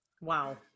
wow